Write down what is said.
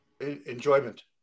Enjoyment